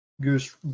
Goose